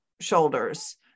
shoulders